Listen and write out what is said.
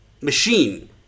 machine